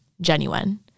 genuine